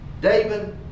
David